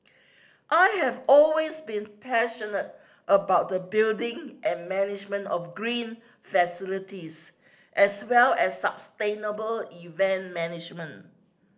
I have always been passionate about the building and management of green facilities as well as sustainable event management